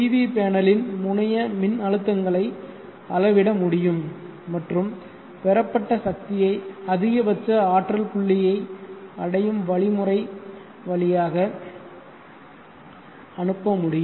we பேனலின் முனைய மின் அழுத்தங்களை அளவிட முடியும் மற்றும் பெறப்பட்ட சக்தியை அதிகபட்ச ஆற்றல் புள்ளியை அடையும் வழிமுறை வழியாக அனுப்ப முடியும்